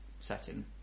setting